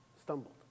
stumbled